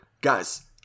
guys